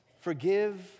Forgive